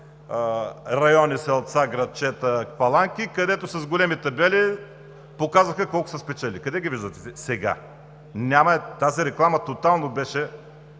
райони – селца, градчета, паланки, където с големи табели показваха колко са спечелили? Къде ги виждате сега? Няма я тази реклама, тотално